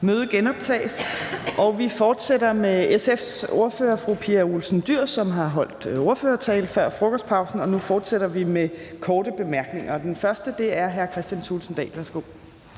Mødet genoptages. Vi fortsætter med SF's ordfører, fru Pia Olsen Dyhr, som holdt sin ordførertale før frokostpausen. Nu fortsætter vi med korte bemærkninger, og den første er fra hr. Kristian Thulesen Dahl. Værsgo.